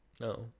No